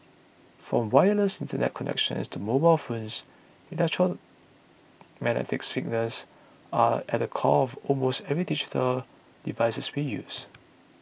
from wireless Internet connections to mobile phones electromagnetic signals are at the core of almost every digital device we use